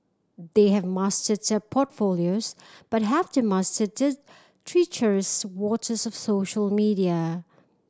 they have mastered their portfolios but have they mastered treacherous waters of social media